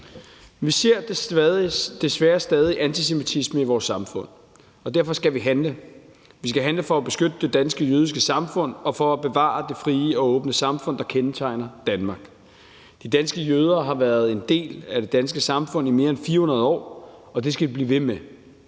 Vi ser desværre stadig antisemitisme i vores samfund, og derfor skal vi handle. Vi skal handle for at beskytte det danske jødiske samfund og for at bevare det frie og åbne samfund, der kendetegner Danmark. De danske jøder har været en del af det danske samfund i mere end 400 år, og det skal de blive ved med